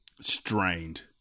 strained